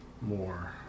more